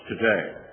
today